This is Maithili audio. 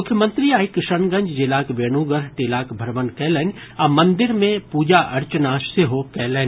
मुख्यमंत्री आइ किशनगंज जिलाक वेणुगढ़ टीलाक भ्रमण कयलनि आ मंदिर मे पूजा अर्चना सेहो कयलनि